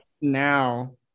now